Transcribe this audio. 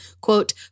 quote